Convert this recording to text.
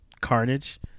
carnage